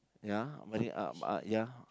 ya mari~ uh uh ya